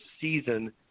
season